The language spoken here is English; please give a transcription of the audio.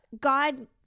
God